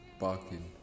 barking